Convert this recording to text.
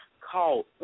Call